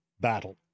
battle